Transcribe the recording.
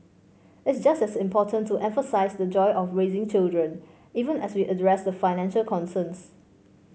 it's just as important to emphasise the joy of raising children even as we address the financial concerns